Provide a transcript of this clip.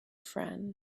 friend